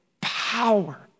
power